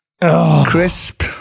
crisp